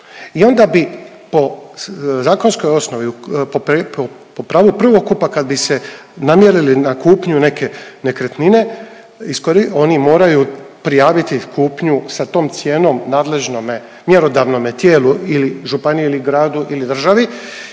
I onda bi po zakonskoj osnovi po pravu prvokupa kad bi se namjerili na kupnju neke nekretnine, oni moraju prijaviti kupnju sa tom cijenom nadležnome mjerodavnome tijelu ili županiji ili gradu ili državi